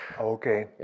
Okay